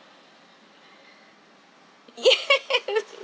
yes